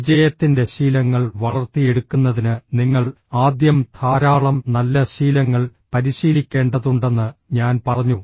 വിജയത്തിന്റെ ശീലങ്ങൾ വളർത്തിയെടുക്കുന്നതിന് നിങ്ങൾ ആദ്യം ധാരാളം നല്ല ശീലങ്ങൾ പരിശീലിക്കേണ്ടതുണ്ടെന്ന് ഞാൻ പറഞ്ഞു